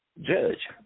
judge